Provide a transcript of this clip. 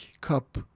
Cup